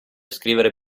scrivere